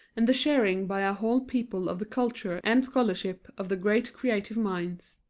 and the sharing by a whole people of the culture and scholarship of the great creative minds.